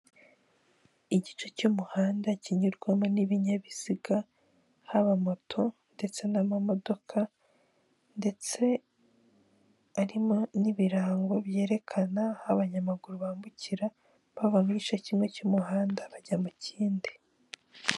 Ibyapa byo ku muhanda ubisanga mu mabara atandukanye cyane ,aho usanga hari ibara ry'umutuku hagati harimo ibara ry'umukara. Ariko biba bigoranye cyangwa se bikunze kugora abantu benshi kumenya ngo ikimenyetso kifite icyo kigaragaza nk'ibyo bimenyetso bibiri ni ikihe? kuko abantu benshi bakunze kwibaza ngo umutuku cyangwa umukara ni ikihe kimenyetso kiri gutanga ubutumwa muri ibyo bimenyetso bibiri.